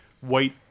white